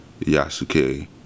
Yasuke